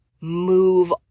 move